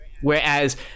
Whereas